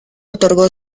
otorgó